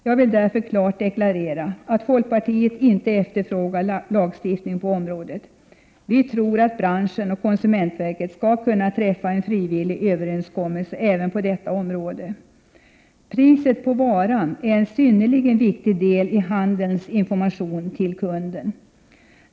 Jag vill därför klart deklarera att folkpartiet inte efterfrågar en lagstiftning på området. Vi tror att branschen och konsumentverket skall kunna träffa en frivillig överenskommelse även på detta område. Priset på varan är en synnerligen viktig del i handelns information till kunden.